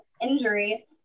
injury